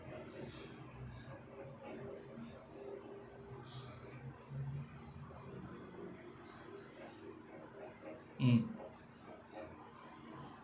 mm